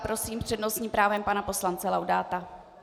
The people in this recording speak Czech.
Prosím s přednostním právem pana poslance Laudáta.